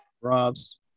Rob's